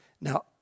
Now